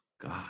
God